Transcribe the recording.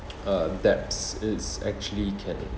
uh debts it's actually can